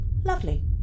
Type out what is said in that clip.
Lovely